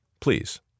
please